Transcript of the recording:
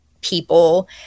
people